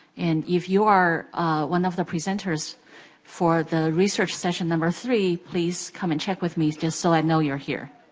and if you are one of the presenters for the research session number three, please come and check with me, just so i know you're here.